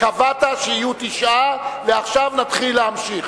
קבעת שיהיו תשעה ואחר כך נמשיך.